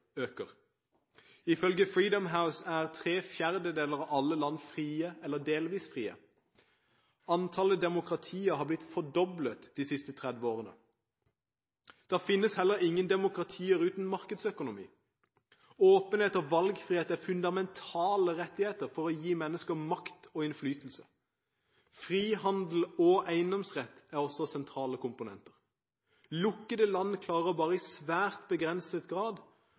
Ifølge Freedom House er tre fjerdedeler av alle land frie eller delvis frie. Antallet demokratier har blitt fordoblet de siste 30 årene. Det finnes ingen demokratier uten markedsøkonomi. Åpenhet og valgfrihet er fundamentale rettigheter for å gi mennesker makt og innflytelse. Frihandel og eiendomsrett er også sentrale komponenter. Lukkede land klarer bare i svært begrenset grad